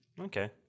okay